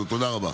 תודה רבה.